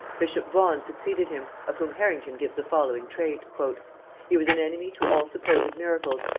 bishop vaughan succeeded him, of whom harrington gives the following trait he was an enemy to all supposed miracles,